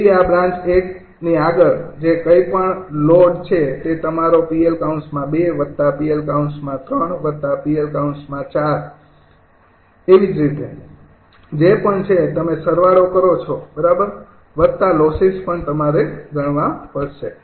તેથી આ બ્રાન્ચ ૧ ની આગળ જે કંઈપણ લોડ છે તે તમારો 𝑃𝐿૨𝑃𝐿૩𝑃𝐿૪ ⋯ જે પણ છે તમે સરવાળો કરો છો બરાબર વત્તા લોસીસ પણ તમારે ગણવા પડશે